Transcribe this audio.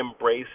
Embrace